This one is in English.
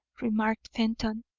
remarked fenton,